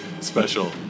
special